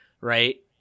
right